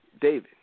David